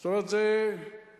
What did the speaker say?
זאת אומרת, זה מתגלגל.